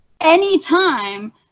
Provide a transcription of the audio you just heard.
anytime